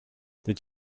did